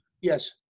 Yes